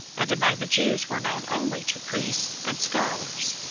and among the jews were known only to priests and scholars.